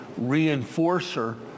reinforcer